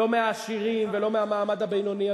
לא מהעשירים ולא מהמעמד הבינוני,